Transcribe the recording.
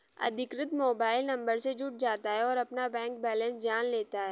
अधिकृत mobile number से जुड़ जाता है और अपना बैंक बेलेंस जान लेता है